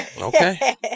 Okay